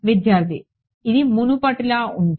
విద్యార్థి ఇది మునుపటిలా ఉంటే